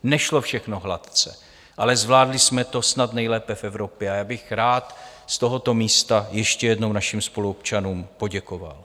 Nešlo všechno hladce, ale zvládli jsme to snad nejlépe v Evropě, a já bych rád z tohoto místa ještě jednou našim spoluobčanům poděkoval.